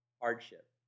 hardship